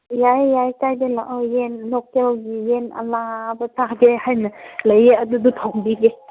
ꯌꯥꯏꯌꯦ ꯌꯥꯏꯌꯦ ꯀꯥꯏꯗꯦ ꯂꯥꯛꯑꯣ ꯌꯦꯟ ꯂꯣꯀꯦꯜꯒꯤ ꯌꯦꯟ ꯂꯥꯕ ꯆꯥꯒꯦ ꯍꯥꯏꯅ ꯂꯩꯌꯦ ꯑꯗꯨꯗꯣ ꯊꯣꯡꯕꯤꯒꯦ